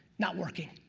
not working.